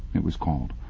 it was called.